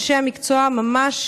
אנשי המקצוע ממש